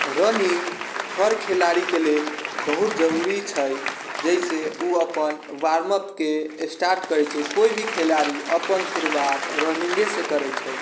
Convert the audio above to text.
running हर खेलाड़ीके लेल बहुत जरुरी छै जाहिसँ उ अपन वार्म अपके स्टार्ट करै छै कोइ भी खेलाड़ी अपन शुरुआत रनिंगसँ करै छै